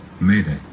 mayday